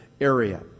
area